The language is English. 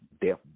death